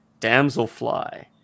Damselfly